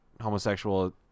homosexual